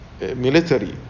military